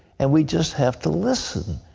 and we just have to listen.